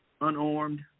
unarmed